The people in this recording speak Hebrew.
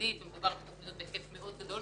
הבין-משרדית ומדובר על תכניות בהיקף מאוד גדול.